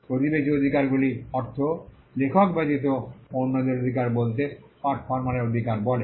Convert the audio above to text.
প্রতিবেশী অধিকারগুলি অর্থ লেখক ব্যতীত অন্যদের অধিকার বলতে পারফর্মারের performers অধিকার বলে